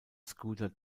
scooter